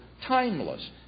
timeless